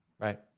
Right